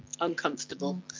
uncomfortable